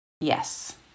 Yes